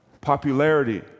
popularity